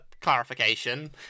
clarification